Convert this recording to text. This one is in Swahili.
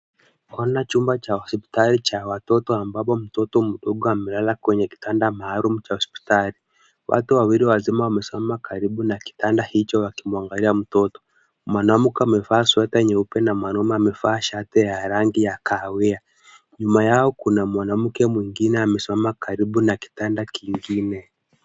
Twaona chumba cha hospitali cha watoto ambapo mtoto mdogo amelala kwenye kitanda maalum cha hospitali. Watu wawili wazima wamesimama karibu na kitanda hicho wakimwangalia mtoto. Mwanamke amevaa sweta nyeupe na mwanamme amefaa shati ya rangi ya kahawia. Nyuma yao kuna mwanamke mwingine amesimama karibu na kitanda kingine.